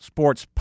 Sports